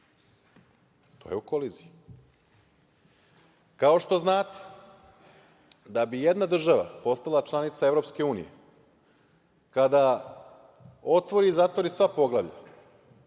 To je u koliziji. Kao što znate, da bi jedna država postala članica EU, kada otvori i zatvori sva poglavlja,